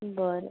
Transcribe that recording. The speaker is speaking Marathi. बरं